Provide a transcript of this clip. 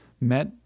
met